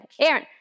Aaron